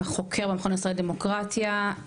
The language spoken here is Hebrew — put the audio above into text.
חוקר במכון הישראלי לדמוקרטיה,